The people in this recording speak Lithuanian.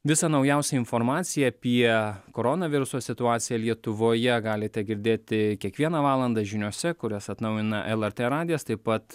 visą naujausią informaciją apie koronaviruso situaciją lietuvoje galite girdėti kiekvieną valandą žiniose kurias atnaujina lrt radijas taip pat